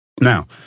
Now